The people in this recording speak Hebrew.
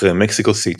אחרי מקסיקו סיטי.